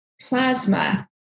plasma